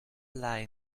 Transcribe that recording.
lie